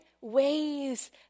ways